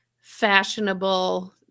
fashionable